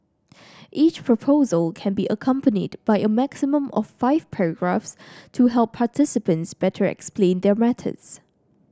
each proposal can be accompanied by a maximum of five photographs to help participants better explain their methods